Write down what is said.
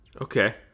Okay